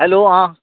hello